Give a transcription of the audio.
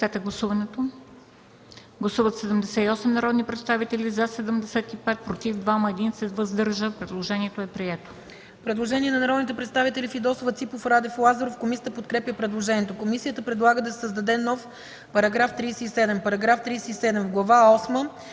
Предложението е прието.